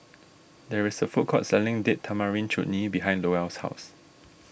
there is a food court selling Date Tamarind Chutney behind Lowell's house